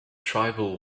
tribal